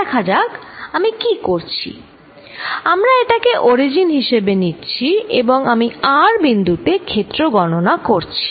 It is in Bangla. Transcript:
দেখা যাক আমরা কি করছি আমরা এটাকে অরিজিন হিসেবে নিচ্ছি এবং আমি r বিন্দুতে ক্ষেত্র গননা করছি